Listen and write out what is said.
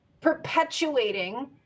perpetuating